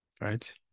right